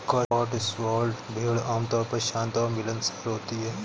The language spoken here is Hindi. कॉटस्वॉल्ड भेड़ आमतौर पर शांत और मिलनसार होती हैं